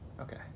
Okay